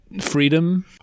freedom